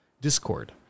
discord